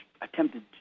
attempted